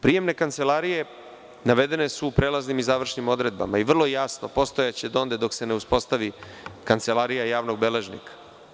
Prijemne kancelarije, navedene su u prelaznim i završnim odredbama i vrlo jasno, postojaće dok se ne uspostavi kancelarija javnog beležnika.